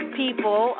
people